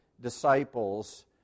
disciples